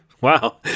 wow